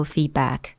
Feedback？